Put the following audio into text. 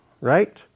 right